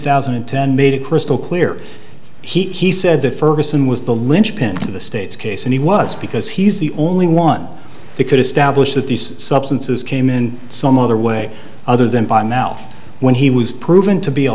thousand and ten made it crystal clear he said that ferguson was the linchpin of the state's case and he was because he's the only one that could establish that these substances came in some other way other than by mouth when he was proven to be a